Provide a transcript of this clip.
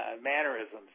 mannerisms